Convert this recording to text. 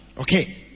Okay